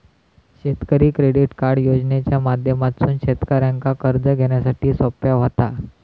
शेतकरी credit card योजनेच्या माध्यमातसून शेतकऱ्यांका कर्ज घेण्यासाठी सोप्या व्हता